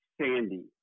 Sandy